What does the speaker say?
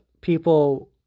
people